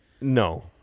No